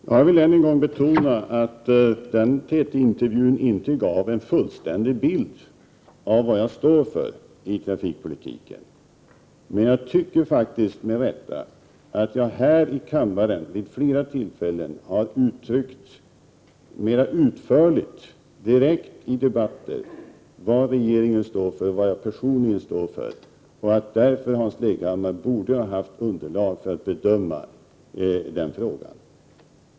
Herr talman! Jag vill än en gång betona att TT-intervjun inte gav en fullständig bild av vad jag står för när det gäller trafikpolitiken. Men jag tycker med rätta att jag här i kammaren vid flera tillfällen mera utförligt har uttryckt vad regeringen och jag personligen står för. Därför borde Hans Leghammar ha haft underlag att bedöma denna fråga.